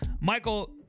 Michael